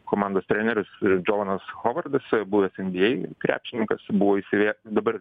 komandos treneris i džonas hovardas buvęs enbi ei krepšininkas buvo įsivė dabar